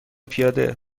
پیاده